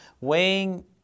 weighing